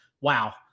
wow